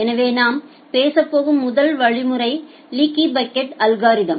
எனவே நாம் பேசப்போகும் முதல் வழிமுறை லீக்கி பக்கெட் அல்கோரிதம்